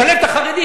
לשלב את החרדים,